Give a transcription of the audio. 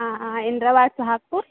हाँ हाँ इंद्रा वार्ड सुहागपुर